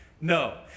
No